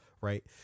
right